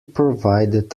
provided